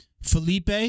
Felipe